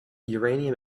uranium